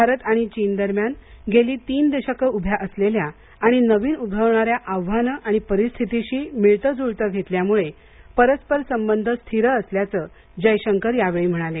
भारत आणि चीन दरम्यान गेली तीन दशकं उभ्या असलेल्या आणि नवीन उद्भवणार्या आव्हान आणि परिस्थितीशी मिळत जुळत घेतल्यामुळे परस्पर संबध स्थिर असल्याचं जयशंकर यावेळी म्हणाले